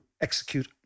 execute